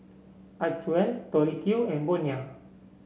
Acwell Tori Q and Bonia